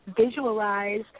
visualize